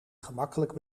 gemakkelijk